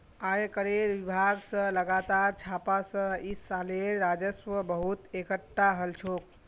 आयकरेर विभाग स लगातार छापा स इस सालेर राजस्व बहुत एकटठा हल छोक